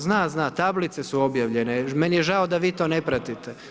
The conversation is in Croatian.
Zna, zna, tablice su obavljene, meni je žao da vi to ne pratite.